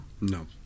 no